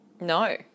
No